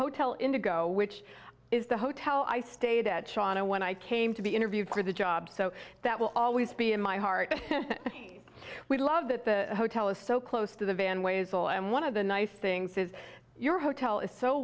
hotel indigo which is the hotel i stayed at shawna when i came to be interviewed for the job so that will always be in my heart we love that the hotel is so close to the van ways all and one of the nice things is your hotel is so